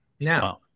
Now